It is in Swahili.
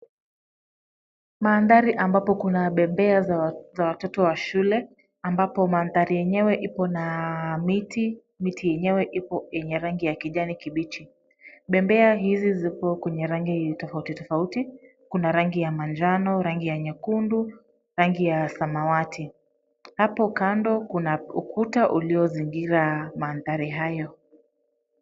Maandari ambapo kuna bembea za watoto wa shule ambapo maandari yenyewe iko na miti, miti yenyewe ipo yenye rangi ya kijani kibichi. Bembea hizi zipo kwenye rangi tofauti tofauti, kuna rangi ya manjano, rangi ya nyekundu, rangi ya samawati. Hapo kando kuna ukuta uliozingira maandari hayo.